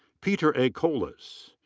peter a a. kolis.